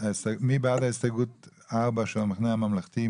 מי בעד הסתייגות 4 של המחנה הממלכתי?